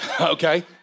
Okay